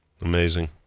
Amazing